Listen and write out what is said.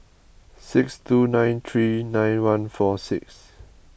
six two nine three nine one four six